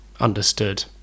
understood